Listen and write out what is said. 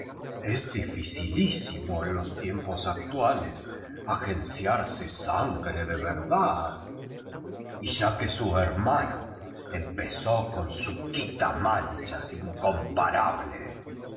es dificilísimo en los tiempos actuales agenciarse sangre de verdad y ya que su hermano em pezó cu su quitamanchas incomparable